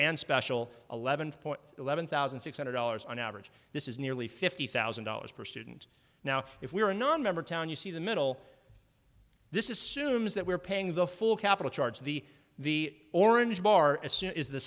and special eleven point eleven thousand six hundred dollars on average this is nearly fifty thousand dollars per student now if we were a nonmember town you see the middle this is soon is that we're paying the full capital charge of the the orange bar assume is the